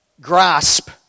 grasp